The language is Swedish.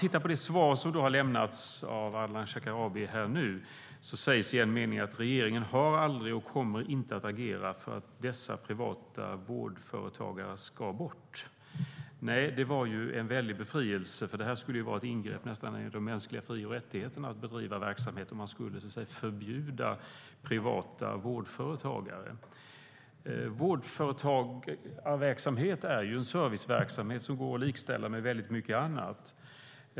I det svar som Ardalan Shekarabi nu har lämnat sägs det i en mening: "Regeringen har aldrig och kommer inte att agera för att dessa privata vårdföretagare ska bort." Det var ju en stor befrielse, för det skulle ju nästan vara ett ingrepp i de mänskliga fri och rättigheterna om man skulle förbjuda privata vårdföretag. Vårdföretagsverksamhet är en serviceverksamhet som kan likställas med väldigt mycket annat.